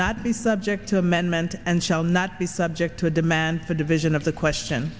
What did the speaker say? not be subject to amendment and shall not be subject to a demand for division of the question